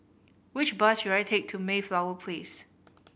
which bus should I take to Mayflower Place